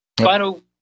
final